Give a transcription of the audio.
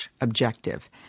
objective